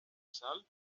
sal